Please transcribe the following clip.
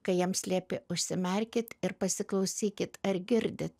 kai jiems liepi užsimerkit ir pasiklausykit ar girdit